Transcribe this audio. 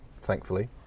thankfully